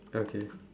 okay